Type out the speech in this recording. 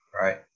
right